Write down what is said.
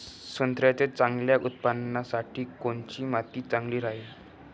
संत्र्याच्या चांगल्या उत्पन्नासाठी कोनची माती चांगली राहिनं?